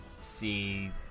see